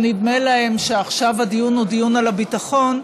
שנדמה להם שעכשיו הדיון הוא דיון על הביטחון,